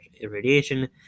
irradiation